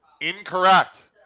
Incorrect